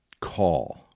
call